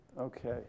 Okay